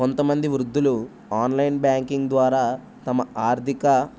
కొంతమంది వృద్ధలు online banking ద్వారా తమ ఆర్థిక